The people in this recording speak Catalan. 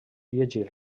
llegir